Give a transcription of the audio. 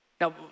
Now